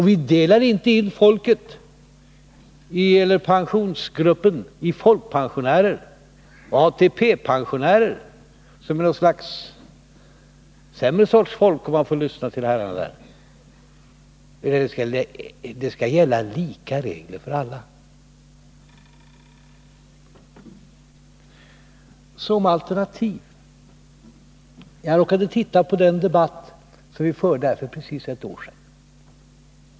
Vi gör inte någon uppdelning av gruppen pensionärer i folkpensionärer och ATP pensionärer, som om det skulle vara fråga om något slags sämre folk, vilket man kan få ett intryck av, om man lyssnar till herrarna här. Det skall gälla lika regler för alla. Jag råkade titta på protokollet från den debatt som vi förde här för precis ett år sedan.